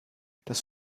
das